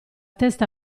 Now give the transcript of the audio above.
testa